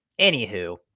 anywho